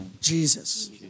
Jesus